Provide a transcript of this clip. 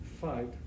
fight